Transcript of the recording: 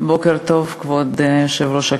בוקר טוב, כבוד יושב-ראש הכנסת,